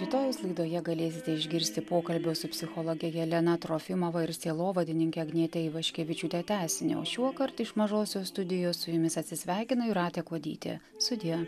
rytojaus laidoje galėsite išgirsti pokalbių su psichologe helena trofimova ir sielovadininke agniete ivaškevičiūte tęsinio šiuokart iš mažosios studijos su jumis atsisveikina jūratė kuodytė sudie